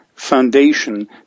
Foundation